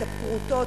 את הפרוטות,